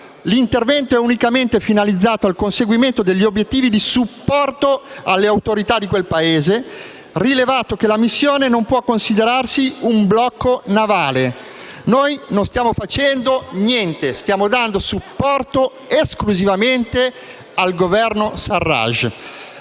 l'intervento è unicamente finalizzato al conseguimento degli obiettivi di supporto alle autorità di quel Paese, rilevato che la missione non può considerarsi un blocco navale; noi non stiamo facendo niente, stiamo esclusivamente dando supporto al Governo Sarraj.